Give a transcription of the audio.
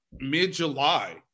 mid-July